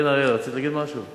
כן, אריאלה, רצית לשאול משהו?